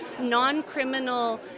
non-criminal